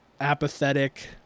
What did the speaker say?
apathetic